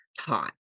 taught